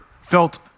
felt